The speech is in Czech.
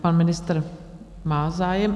Pan ministr má zájem.